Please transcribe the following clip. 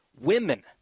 women